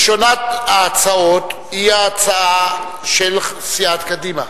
ראשונת ההצעות היא ההצעה של סיעת קדימה,